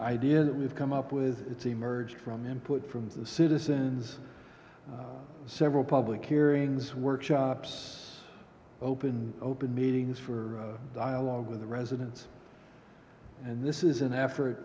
idea that we've come up with it's emerged from input from the citizens several public hearings workshops open open meetings for dialogue with the residents and this is an effort